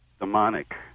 demonic